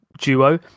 duo